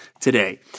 today